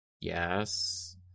yes